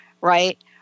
right